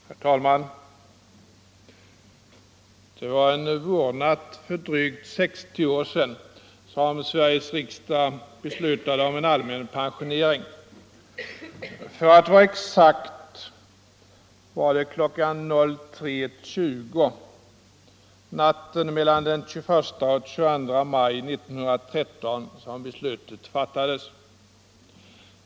Herr talman! Det var en vårnatt för drygt 60 år sedan som Sveriges riksdag beslutade om en allmän pensionering. För att vara exakt var det kl. 03.20 natten mellan den 21 och 22 maj 1913 som beslutet fattades.